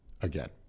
again